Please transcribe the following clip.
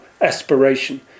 aspiration